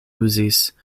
uzis